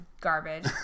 garbage